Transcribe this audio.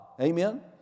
Amen